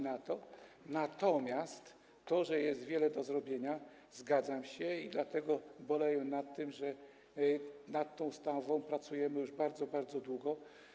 Natomiast z tym, że jest wiele do zrobienia, zgadzam się i dlatego boleję nad tym, że nad tą ustawą pracujemy już bardzo, bardzo długo.